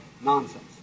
nonsense